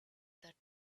that